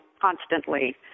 constantly